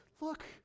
look